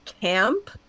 camp